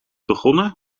begonnen